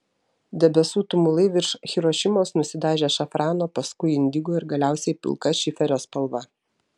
debesų tumulai virš hirošimos nusidažė šafrano paskui indigo ir galiausiai pilka šiferio spalva